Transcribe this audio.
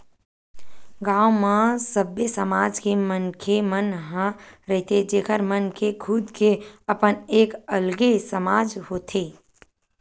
गाँव म सबे समाज के मनखे मन ह रहिथे जेखर मन के खुद के अपन एक अलगे समाज होथे